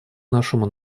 нашему